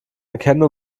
erkennen